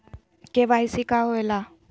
KYC का होवेला?